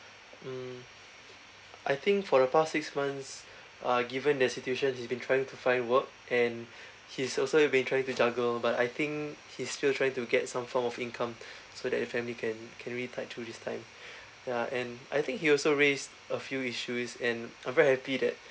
mm I think for the past six months uh given the situation he's been trying to find work and he's also been trying to juggle but I think he's still trying to get some form of income so that he family can can really tide through this time ya and I think he also raised a few issues and I'm very happy that